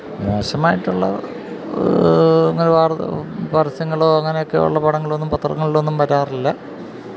മോശമായിട്ടുള്ള ഇങ്ങനെ പരസ്യങ്ങളോ അങ്ങനെയൊക്കെയുള്ള പടങ്ങളൊ ഒന്നും പത്രങ്ങളിലൊന്നും വരാറില്ല